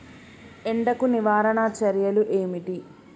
ఎండకు నివారణ చర్యలు ఏమిటి?